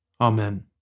Amen